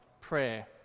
prayer